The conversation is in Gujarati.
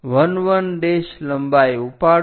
1 1 લંબાઈ ઉપાડો